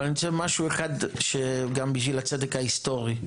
אבל אני רוצה משהו אחד גם בשביל הצדק ההיסטורי.